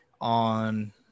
on